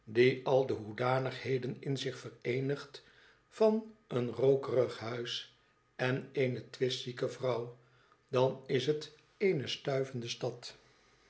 al de hoedanigheden in zich vereenigt van een tookerig huis en eene twistzieke vrouw dan is het eene stuivende stad